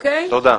תודה,